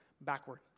backward